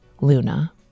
Luna